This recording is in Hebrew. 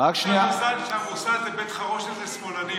אתה גם אמרת שהמוסד זה בית חרושת לשמאלנים.